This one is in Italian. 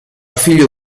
figlio